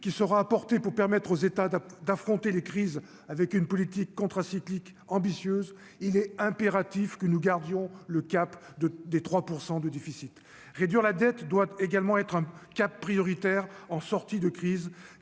qui sera apportés pour permettre aux États de d'affronter les crises avec une politique contracyclique ambitieuse, il est impératif que nous gardions le cap des 3 % de déficit, réduire la dette doit également être un cas prioritaire en sortie de crise